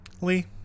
Lee